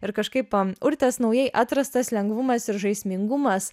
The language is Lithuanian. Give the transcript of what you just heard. ir kažkaip urtės naujai atrastas lengvumas ir žaismingumas